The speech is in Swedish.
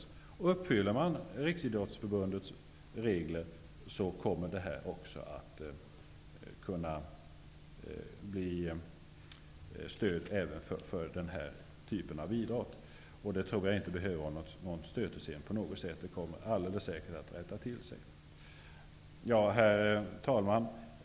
Om man uppfyller Riksidrottsförbundets regler kommer man att få stöd även för denna typ av idrott. Det tror jag inte kommer att bli någon stötesten på något sätt, utan det kommer alldeles säkert att ordna sig. Herr talman!